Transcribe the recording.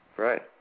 Right